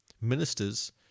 ministers